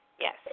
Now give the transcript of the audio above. Yes